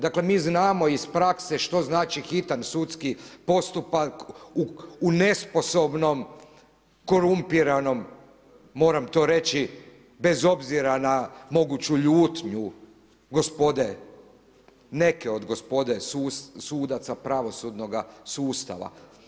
Dakle mi znamo iz prakse što znači hitan sudski postupak u nesposobnom korumpiranom, moramo to reći bez obzira na moguću ljutnju gospode, neke od gospode sudaca pravosudnoga sustava.